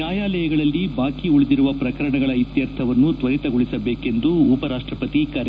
ನ್ನಾಯಾಲಗಳಲ್ಲಿ ಬಾಕಿ ಉಳಿದಿರುವ ಪ್ರಕರಣಗಳ ಇತ್ಸರ್ಥವನ್ನು ತ್ವರಿತಗೊಳಿಸಬೇಕೆಂದು ಉಪರಾಷ್ಟಪತಿ ಕರೆ